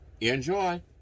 Enjoy